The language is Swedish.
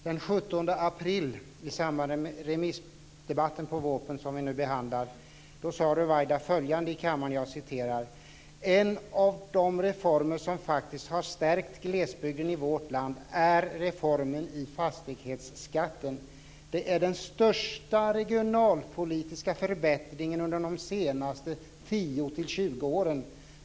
Den 17 april, i samband med remissdebatten på VÅP:en, som vi nu behandlar, så sade Ruwaida följande i kammaren: "En av de reformer som faktiskt har stärkt glesbygden i vårt land är reformen i fastighetsskatten. Det är den största regionalpolitiska förbättringen under de senaste 10-20 åren.